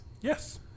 Yes